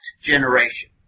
generation